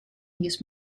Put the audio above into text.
use